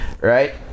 right